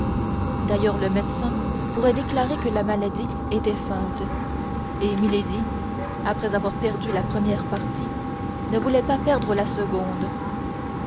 d'ailleurs le médecin pourrait déclarer que la maladie était feinte et milady après avoir perdu la première partie ne voulait pas perdre la seconde